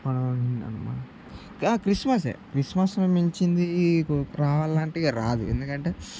ఆ క్రిస్మసే క్రిస్మ స్ను మించింది ఇంకోకటి రావాలంటే రాదు ఎందుకంటే